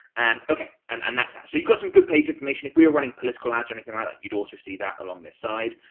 and okay and and that's that. so you've got some good page information if we were running political ads or anything like that, you would also see that along this side.